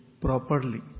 properly